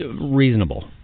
reasonable